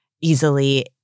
easily